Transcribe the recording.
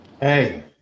Hey